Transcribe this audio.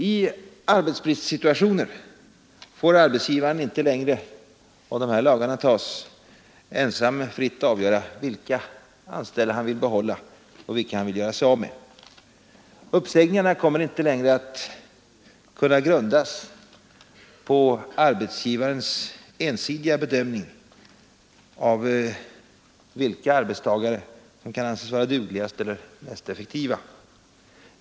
I arbetsbristsituationer får arbetsgivaren inte längre, om de här lagarna antas, ensam fritt avgöra vilka anställda han vill behålla och vilka han vill göra sig av med. Uppsägningarna kommer inte längre att kunna grundas på arbetsgivarens ensidiga bedömning av vilka arbetstagare som kan anses vara dugligast eller mest effektiva.